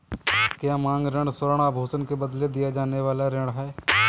क्या मांग ऋण स्वर्ण आभूषण के बदले दिया जाने वाला ऋण है?